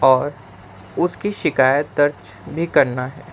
اور اس کی شکایت درج بھی کرنا ہے